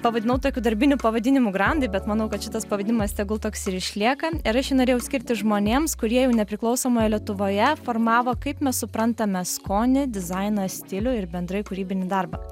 pavadinau tokiu darbiniu pavadinimu grandai bet manau kad šitas pavadinimas tegul toks ir išlieka ir aš jį norėjau skirti žmonėms kurie jau nepriklausomoje lietuvoje formavo kaip mes suprantame skonį dizainą stilių ir bendrai kūrybinį darbą